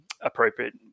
appropriate